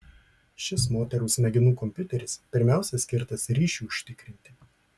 šis moters smegenų kompiuteris pirmiausia skirtas ryšiui užtikrinti